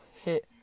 hit